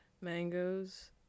Mangoes